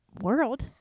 world